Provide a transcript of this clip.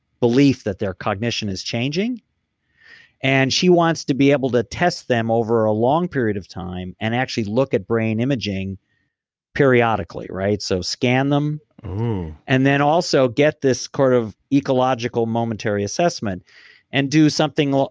belief that their cognition is changing and she wants to be able to test them over a long period of time and actually look at brain imaging periodically so scan them and then also get this sort of ecological momentary assessment and do something.